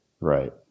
right